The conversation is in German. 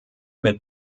mit